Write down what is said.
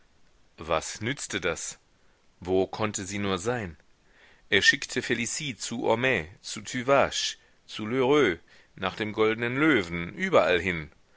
was nützte das wo konnte sie nur sein er schickte felicie zu homais zu tüvache zu lheureux nach dem goldenen löwen überallhin